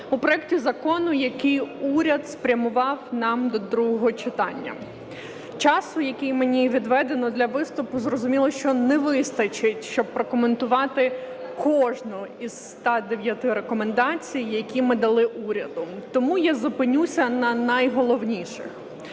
у проекті закону, який уряд спрямував нам до другого читання. Часу, який мені відведено до виступу, зрозуміло, що не вистачить, щоб прокоментувати кожну із 109 рекомендацій, які ми дали уряду, тому я зупинюся на найголовніших.